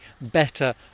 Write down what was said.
better